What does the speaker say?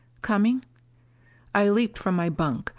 coming i leaped from my bunk,